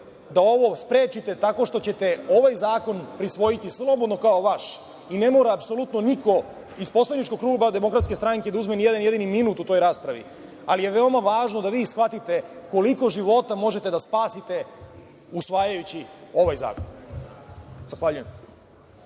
da ovo sprečite tako što ćete ovaj zakon prisvojiti slobodno kao vaš i ne mora apsolutno niko iz poslaničkog kluba Demokratske stranke da uzme ni jedan jedini minut u toj raspravi, ali je veoma važno da vi shvatite koliko života možete da spasite usvajajući ovaj zakon. Zahvaljujem.